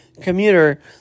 commuter